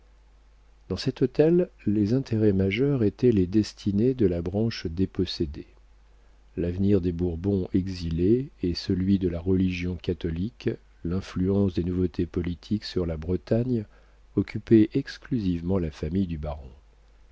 dans cet hôtel les intérêts majeurs étaient les destinées de la branche dépossédée l'avenir des bourbons exilés et celui de la religion catholique l'influence des nouveautés politiques sur la bretagne occupaient exclusivement la famille du baron